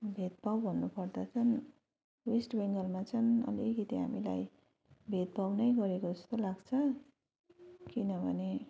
भेदभाव भन्नु पर्दा चाहिँ वेस्ट बेङ्गलमा चाहिँ अलिकति हामीलाई भेदभाव नै गरेको जस्तो लाग्छ किनभने